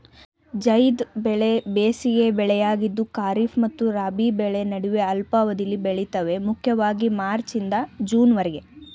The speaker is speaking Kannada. ಝೈದ್ ಬೆಳೆ ಬೇಸಿಗೆ ಬೆಳೆಯಾಗಿದ್ದು ಖಾರಿಫ್ ಮತ್ತು ರಾಬಿ ಬೆಳೆ ನಡುವೆ ಅಲ್ಪಾವಧಿಲಿ ಬೆಳಿತವೆ ಮುಖ್ಯವಾಗಿ ಮಾರ್ಚ್ನಿಂದ ಜೂನ್ವರೆಗೆ